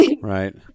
Right